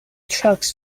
trucks